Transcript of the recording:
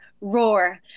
roar